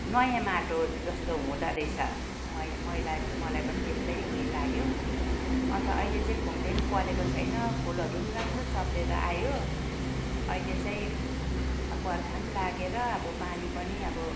नयाँ माटो जस्तो हुँदोरहेछ मैले मैलाई मलाई पनि त्यस्तै उयो लाग्यो अन्त अहिले चाहिँ खुम्ले पनि परेको छैन फुलहरू पनि राम्रो सप्रेर आयो अहिले चाहिँ अब बर्खा पनि लागेर अब पानी पनि अब